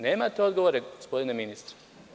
Nemate odgovore, gospodine ministre.